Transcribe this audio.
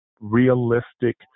realistic